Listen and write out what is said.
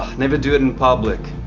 never do it in public,